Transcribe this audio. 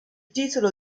titolo